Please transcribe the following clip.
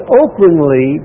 openly